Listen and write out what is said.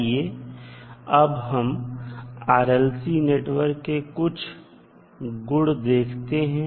आइए अब हम RLC नेटवर्क के कुछ गुण देखते हैं